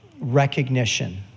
recognition